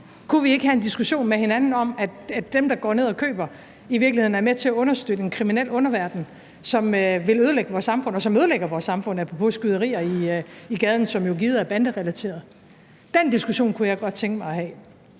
Kunne vi ikke have en diskussion med hinanden om, at dem, der går ned og køber, i virkeligheden er med til at understøtte en kriminel underverden, som vil ødelægge vores samfund, og som ødelægger vores samfund – apropos skyderier i gaden, som jo givet er banderelateret. Den diskussion kunne jeg godt tænke mig at have.